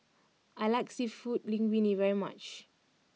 I like Seafood Linguine very much